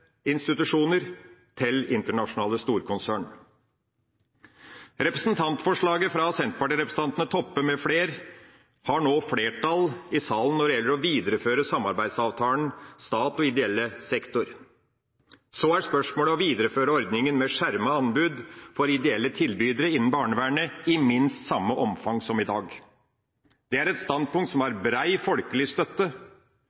institusjoner til internasjonale storkonsern. Representantforslaget fra senterpartirepresentantene Toppe mfl. om å videreføre samarbeidsavtalen mellom staten og ideell sektor har nå flertall i salen. Så er det spørsmål om å videreføre ordninga med skjermet anbud for ideelle tilbydere innen barnevernet i minst samme omfang som i dag. Det er et standpunkt som